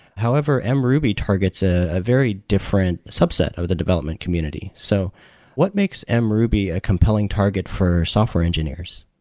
however, and mruby targets a very different subset of the development community. so what makes ah mruby a compelling target for software engineers?